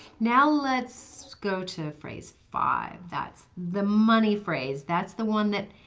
now let's go to phrase five, that's the money phrase, that's the one that